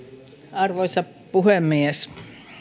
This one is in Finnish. arvoisa puhemies